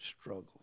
struggle